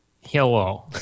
hello